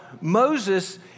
Moses